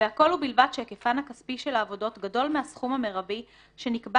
והכל ובלבד שהיקפן הכספי של העבודות גדול מהסכום המרבי שנקבע